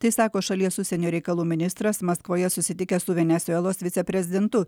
tai sako šalies užsienio reikalų ministras maskvoje susitikęs su venesuelos viceprezidentu